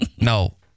No